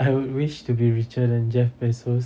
I would wish to be richer than jeff bezos